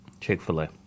Chick-fil-A